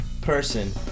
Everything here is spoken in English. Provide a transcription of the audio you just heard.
person